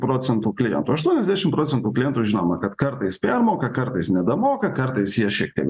procentų klientų aštuoniasdešim procentų klientų žinoma kad kartais permoka kartais nedamoka kartais jie šiek tiek